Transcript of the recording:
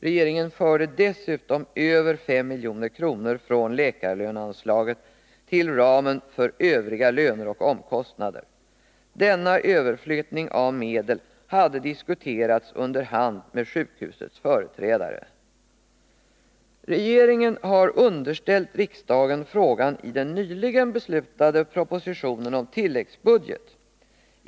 Regeringen förde dessutom över 5 milj.kr. från läkarlöneanslaget till ramen för övriga löner och omkostnader. Denna överflyttning av medel hade diskuterats under hand med sjukhusets företrädare. Regeringen har underställt riksdagen frågan i den nyligen beslutade propositionen om tilläggsbudget.